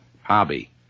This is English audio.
hobby